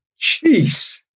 Jeez